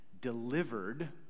delivered